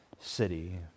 city